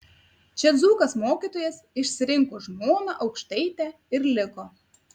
čia dzūkas mokytojas išsirinko žmoną aukštaitę ir liko